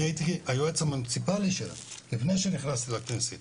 אני הייתי היועץ המוניציפלי שלה לפני שנכנסתי לכנסת.